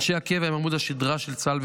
אנשי הקבע הם עמוד השדרה של צה"ל,